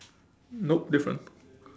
nope different